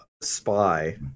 spy